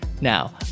Now